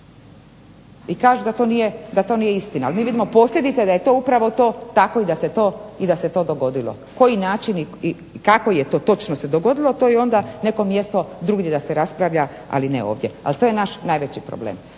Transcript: I kažu da to nije istina, ali mi vidimo posljedice da je to upravo to tako i da se to dogodilo. Koji način i kako je to točno se dogodilo to je onda neko mjesto drugdje da se raspravlja, ali ne ovdje. Ali, to je naš najveći problem.